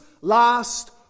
last